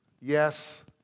yes